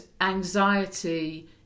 anxiety